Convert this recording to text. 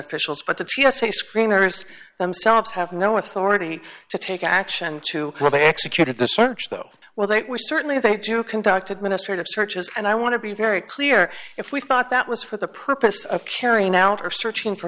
officials but the t s a screeners themselves have no authority to take action to what they executed the search though well they certainly they do conduct administrative searches and i want to be very clear if we thought that was for the purpose of carrying out or searching for